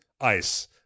ice